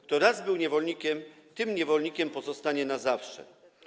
Kto raz był niewolnikiem, tym niewolnikiem pozostanie na zawsze.